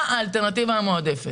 מה האלטרנטיבה המועדפת?